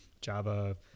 Java